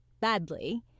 badly